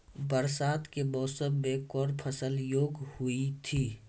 बरसात के मौसम मे कौन फसल योग्य हुई थी?